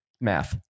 Math